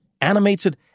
animated